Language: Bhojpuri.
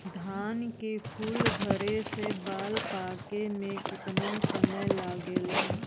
धान के फूल धरे से बाल पाके में कितना समय लागेला?